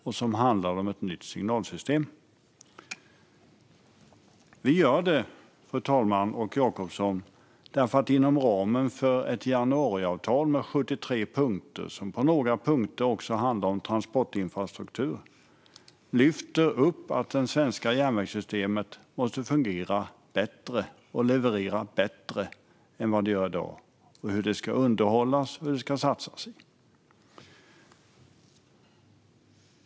Den handlar om ett nytt signalsystem. Vi gör det, fru talman och Magnus Jacobsson, för att inom ramen för ett januariavtal med 73 punkter, som på några punkter också handlar om transportinfrastruktur, lyfta upp att det svenska järnvägssystemet måste fungera bättre och leverera bättre än det gör i dag. Det handlar om hur det ska underhållas och vad det ska satsas på.